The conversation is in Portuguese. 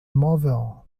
imóvel